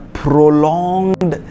prolonged